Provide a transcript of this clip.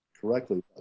correctly